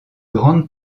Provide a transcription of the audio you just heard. grande